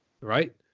Right